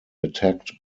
attacked